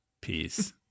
Peace